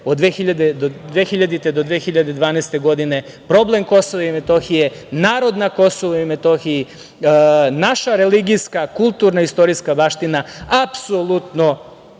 od 2000. do 2012. godine, problem Kosova i Metohije, narod na Kosovu i Metohiji, naš religijska, kulturna, istorijska baština, apsolutno